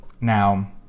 Now